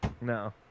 No